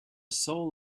soul